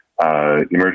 emergency